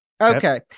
okay